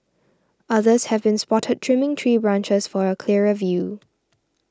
others have been spotted trimming tree branches for a clearer view